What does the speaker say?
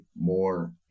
more